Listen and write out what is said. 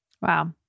Wow